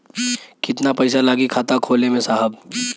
कितना पइसा लागि खाता खोले में साहब?